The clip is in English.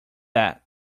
that